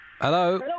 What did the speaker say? Hello